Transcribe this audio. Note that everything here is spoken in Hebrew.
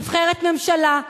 נבחרת ממשלה,